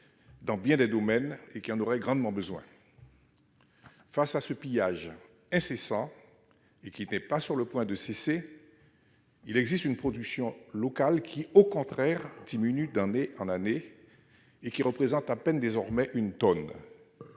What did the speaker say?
dans bien des domaines, lequel territoire en aurait grandement besoin. Face à ce pillage incessant, et qui n'est pas sur le point de se terminer, il existe une production légale qui, au contraire, diminue d'année en année, et qui représente désormais à peine